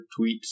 tweets